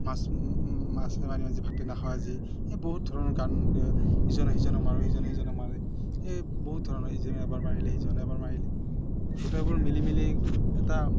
মাছ মাছ মাৰিম ভাতে নাখাওঁ আজি এই বহুত ধৰণৰ গান ইজনে সিজনক মাৰোঁ সিজ সিজনক মাৰে সেই বহুত ধৰণৰ ইজনে এবাৰ মাৰিলে সিজনে এবাৰ মাৰিলে গোটেইবোৰ মিলি মিলি এটা